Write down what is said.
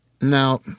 Now